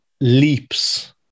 leaps